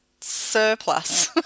surplus